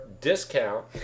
discount